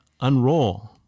unroll